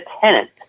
tenant